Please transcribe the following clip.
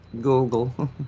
Google